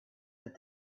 that